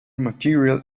material